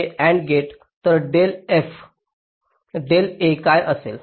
तर del f del a काय असेल